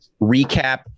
recap